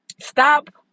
stop